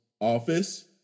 office